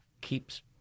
keeps